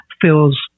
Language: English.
feels